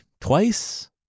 twice